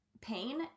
pain